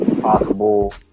possible